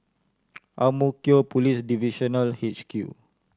Ang Mo Kio Police Divisional H Q